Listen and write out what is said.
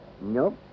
Nope